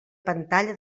pantalla